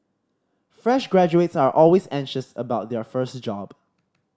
fresh graduates are always anxious about their first job